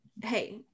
Hey